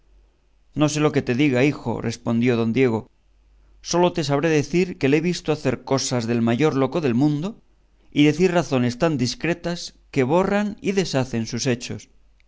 no sé lo que te diga hijo respondió don diego sólo te sabré decir que le he visto hacer cosas del mayor loco del mundo y decir razones tan discretas que borran y deshacen sus hechos